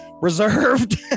reserved